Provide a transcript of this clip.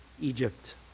Egypt